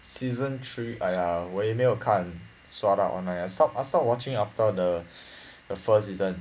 season three !aiya! 我也没有看 sword art online ah I stop I stop watching after the first season